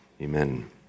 Amen